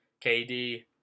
KD